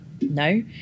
No